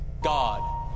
god